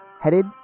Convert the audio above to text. headed